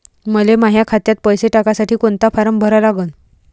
मले माह्या खात्यात पैसे टाकासाठी कोंता फारम भरा लागन?